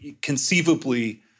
conceivably